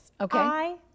Okay